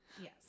Yes